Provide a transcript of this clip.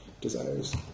desires